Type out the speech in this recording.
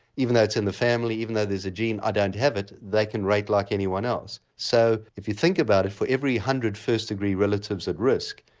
even though it's in the family, even though there's a gene i ah don't have it, they can rate like anyone else. so if you think about it, for every hundred first degree relatives at risk,